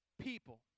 People